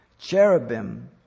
Cherubim